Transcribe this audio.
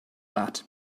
that